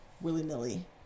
willy-nilly